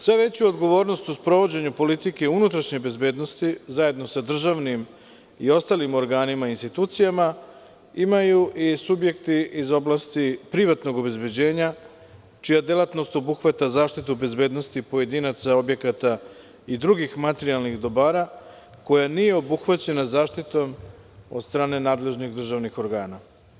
Sve veću odgovornost u sprovođenju politike unutrašnje bezbednosti, zajedno sa državnim i ostalim organima i institucijama, imaju i subjekti iz oblasti privatnog obezbeđenja, čija delatnost obuhvata zaštitu bezbednosti pojedinaca, objekata i drugih materijalnih dobara koja nije obuhvaćena zaštitom od strane nadležnih državnih organa.